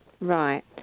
Right